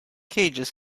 cages